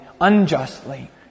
unjustly